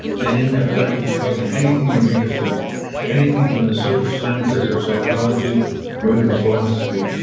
and in that blank, you put in anything you're interested in anything from the social sciences or psychology or even philosophy.